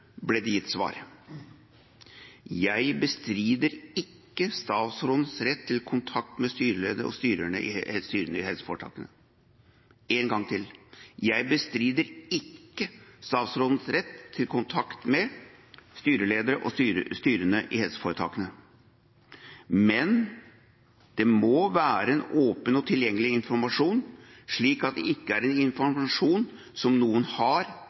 ble det gitt svar. Jeg bestrider ikke statsrådens rett til kontakt med styreledere og styrene i helseforetakene. Én gang til: Jeg bestrider ikke statsrådens rett til kontakt med styreledere og styrene i helseforetakene. Men det må være en åpen og tilgjengelig informasjon, slik at det ikke er informasjon som noen har,